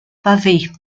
pavée